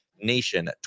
Nation